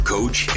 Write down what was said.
Coach